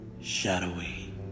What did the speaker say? shadowy